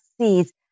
seeds